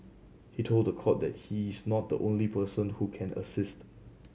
he told the court that he is not the only person who can assist